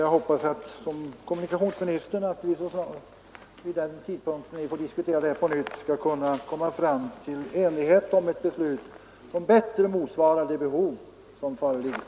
Jag hoppas att vi, när vi får diskutera detta på nytt, skall kunna nå enighet om ett beslut som bättre motsvarar de behov som föreligger.